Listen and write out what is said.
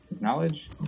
Knowledge